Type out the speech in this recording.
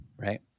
right